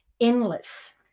endless